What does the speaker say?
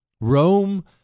Rome